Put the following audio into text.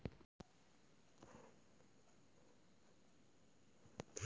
हमरा केसे बीमा होते?